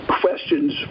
questions